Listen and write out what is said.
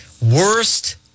Worst